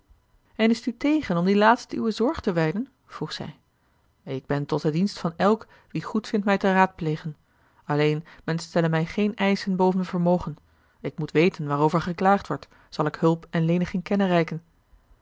en is t u tegen om die laatsten uwe zorge te wijden vroeg zij ik ben tot den dienst van elk wie goedvindt mij te raadplegen alleen men stelle mij geene eischen boven vermogen ik moet weten waarover geklaagd wordt zal ik hulp en leniging konnen reiken